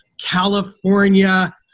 California